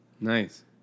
Nice